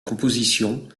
composition